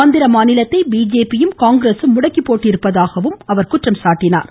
ஆந்திர மாநிலத்தை பிஜேபியும் காங்கிரசும் முடக்கி போட்டிருப்பதாக குறை கூறினார்